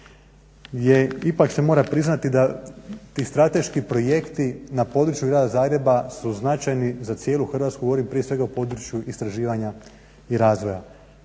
ipak se mora priznati da ti strateški projekti na području Grada Zagreba su značajni za cijelu Hrvatsku, govorim prije svega o području istraživanja i razvoja.